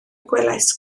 gwelais